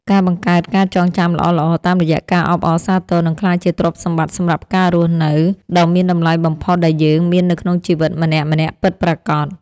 ការបង្កើតការចងចាំល្អៗតាមរយៈការអបអរសាទរនឹងក្លាយជាទ្រព្យសម្បត្តិសម្រាប់ការរស់នៅដ៏មានតម្លៃបំផុតដែលយើងមាននៅក្នុងជីវិតម្នាក់ៗពិតប្រាកដ។